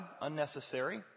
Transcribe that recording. Unnecessary